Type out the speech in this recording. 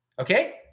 Okay